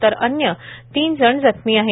तर अन्य तीन जण जखमीं आहेत